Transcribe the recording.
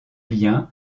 lien